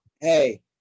hey